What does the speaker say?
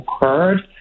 occurred